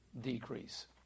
decrease